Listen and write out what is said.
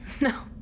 No